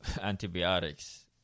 antibiotics